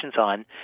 on